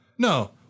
No